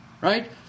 right